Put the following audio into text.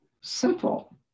simple